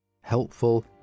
helpful